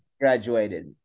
Graduated